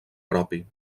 propi